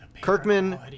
Kirkman